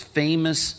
famous